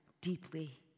deeply